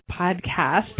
podcast